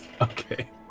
okay